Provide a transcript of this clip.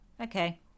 Okay